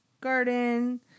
garden